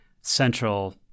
central